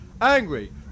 angry